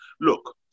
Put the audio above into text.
look